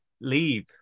leave